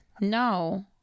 No